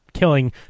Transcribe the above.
killing